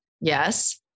Yes